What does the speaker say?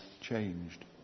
changed